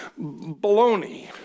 baloney